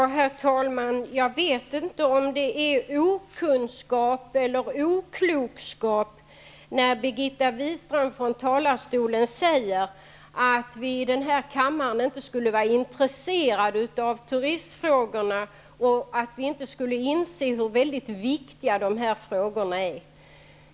Herr talman! Jag vet inte om det är okunskap eller oklokhet som gör att Birgitta Wistrand från talarstolen säger att vi i den här kammaren inte skulle vara intresserade av turistfrågorna och att vi inte skulle inse hur väldigt viktiga de här frågorna är.